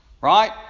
right